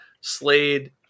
Slade